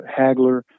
Hagler